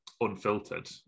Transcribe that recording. unfiltered